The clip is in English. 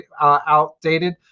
outdated